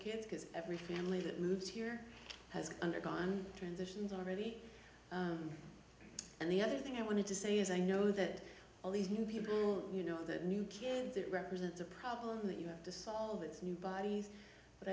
kids because every family that moves here has undergone transitions already and the other thing i wanted to say is i know that all these new people you know that new kids it represents a problem that you have to solve it's new bod